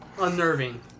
unnerving